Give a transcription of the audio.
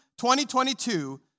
2022